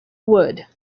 wood